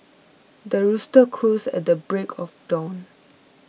the rooster crows at the break of dawn